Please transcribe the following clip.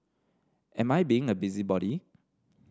am I being a busybody